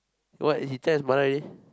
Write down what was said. what he tell his mother already